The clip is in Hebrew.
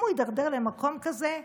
אם הוא יידרדר למקום כזה,